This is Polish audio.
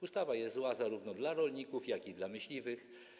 Ustawa jest zła zarówno dla rolników, jak i dla myśliwych.